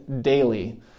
daily